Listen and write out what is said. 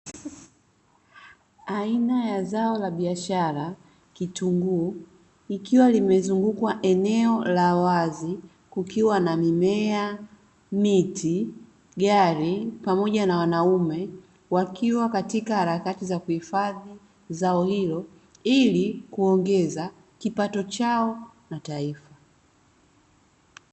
Aina ya zao la biashara (kitunguu) likiwa limezungukwa eneo la wazi, kukiwa na: mimea, miti, gari pamoja na wanaume; wakiwa katika harakati za kuhifadhi zao hilo ili kuongeza kipato chao na taifa.